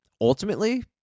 ultimately